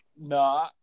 No